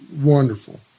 wonderful